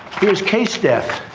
here's case death.